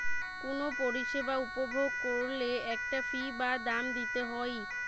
কুনো পরিষেবা উপভোগ কোরলে একটা ফী বা দাম দিতে হই